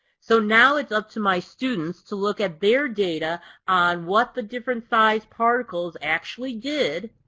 so now it's up to my students to look at their data on what the different sized particles actually did,